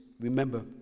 Remember